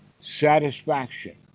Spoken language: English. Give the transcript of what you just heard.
satisfaction